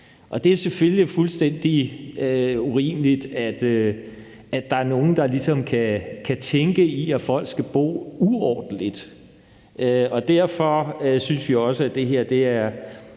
Det er fuldstændig urimeligt, at der er nogen, der ligesom kan tænke i, at folk skal bo uordentligt. Derfor synes vi også, at det her er